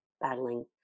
battling